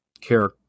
care